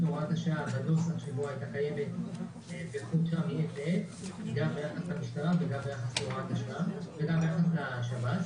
הוראת השעה בנוסח שבו הייתה קיימת גם ביחס למשטרה וגם ביחס לשב"ס.